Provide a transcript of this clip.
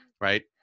right